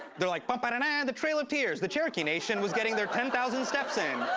they're like. but but and and the trail of tears. the cherokee nation was getting their ten thousand steps in.